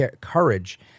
courage